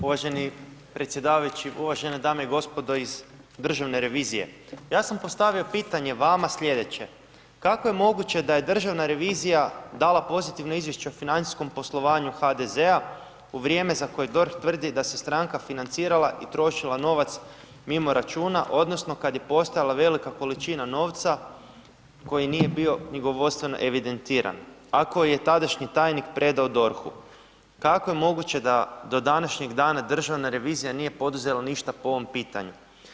Uvaženi predsjedavajući, uvažene dame i gospodo iz Državne revizije, ja sam postavio pitanje vama slijedeće, kako je moguće da je Državna revizija dala pozitivno izvješće o financijskom poslovanju HDZ-a u vrijeme za koje DORH tvrdi da se stranka financirala i trošila novac mimo računa odnosno kad je postojala velika količina novca koji nije bio knjigovodstveno evidentiran, a koji je tadašnji tajnik predao DORH-u, kako je moguće da do današnjeg dana Državna revizija nije poduzela ništa po ovom pitanju?